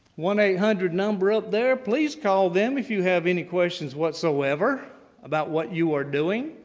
one eight hundred number up there. please call them if you have any questions whatsoever about what you are doing.